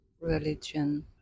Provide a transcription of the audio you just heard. religion